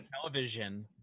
television